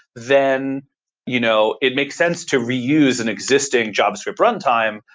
then you know it makes sense to reuse an existing javascript runtime,